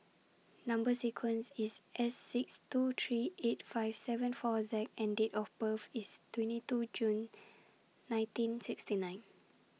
Number sequence IS S six two three eight five seven four Z and Date of birth IS twenty two June nineteen sixty nine